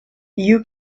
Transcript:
you